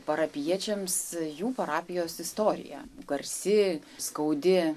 parapijiečiams jų parapijos istorija garsi skaudi